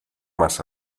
más